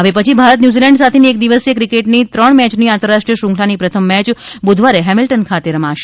હવે પછી ભારત ન્યુઝીલેન્ડ સાથેની એક દિવસીય ક્રિકેટની ત્રણ મેચની આંતરરાષ્ટ્રીય શ્રૃંખલાની પ્રથમ મેચ બુધવારે હેમિલ્ટન ખાતે રમશે